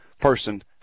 person